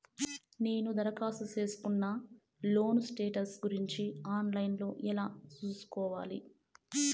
నేను దరఖాస్తు సేసుకున్న లోను స్టేటస్ గురించి ఆన్ లైను లో ఎలా సూసుకోవాలి?